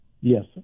Yes